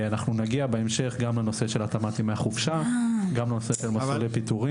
אנחנו נגיע בהמשך גם לנושא של התאמת ימי חופשה וגם לנושא של פיטורים.